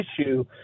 issue